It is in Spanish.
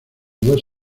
dos